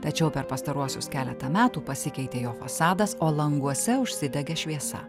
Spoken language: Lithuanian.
tačiau per pastaruosius keletą metų pasikeitė jo fasadas o languose užsidegė šviesa